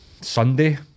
Sunday